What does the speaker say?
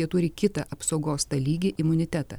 jie turi kitą apsaugos tą lygį imunitetą